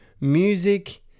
music